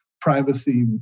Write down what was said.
privacy